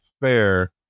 fair